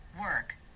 Work